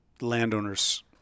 landowners